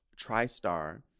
TriStar